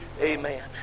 Amen